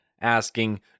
asking